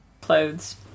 clothes